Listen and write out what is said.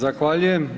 Zahvaljujem.